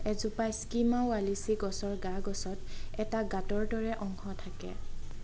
এজোপা Schima wallichii গছৰ গা গছত এটা গাঁতৰ দৰে অংশ থাকে